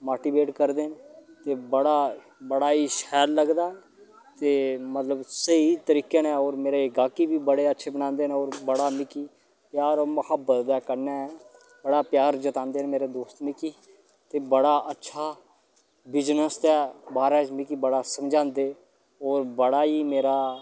motivate करदे न ते बड़ा बड़ा ही शैल लगदा ते मतलब स्हेई तरीके ने ओह् होर मेरे गाह्की बी बड़े अच्छे बनांदे न होर बड़ा मिकी प्यार होर महोब्बत दे कन्नै बड़ा प्यार जतांदे न मेरे दोस्त मिकी ते बड़ा अच्छा बिजनेस दे बारे च मिगी बड़ा समझांदे होर बड़ा ही मेरा